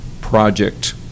project